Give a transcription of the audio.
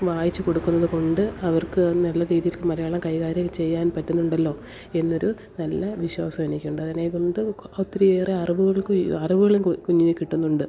വായിച്ച് കൊടുക്കുന്നത് കൊണ്ട് അവർക്ക് നല്ല രീതീല് മലയാളം കൈകാര്യം ചെയ്യാൻ പറ്റുന്നുണ്ടല്ലോ എന്നൊരു നല്ല വിശ്വാസം എനിക്കുണ്ട് അതിനെ കൊണ്ട് ഒത്തിരിയേറെ അറിവുകൾക്ക് ഈ അറിവുകളും കുഞ്ഞിന് കിട്ടുന്നുണ്ട്